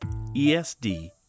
ESD